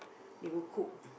they will cook